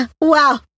Wow